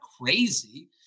crazy